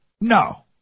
No